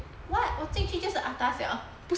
what 我进去就是 atas liao